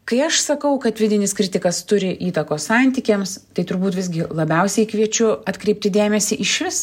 kai aš sakau kad vidinis kritikas turi įtakos santykiams tai turbūt visgi labiausiai kviečiu atkreipti dėmesį išvis